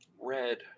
Red